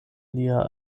lia